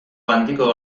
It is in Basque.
handiko